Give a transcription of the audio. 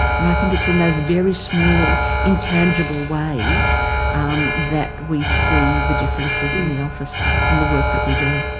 and i think it's in those very small intangible ways that we see the differences in the office and the work that we do.